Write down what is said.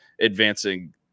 advancing